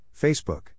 Facebook